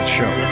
show